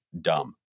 dumb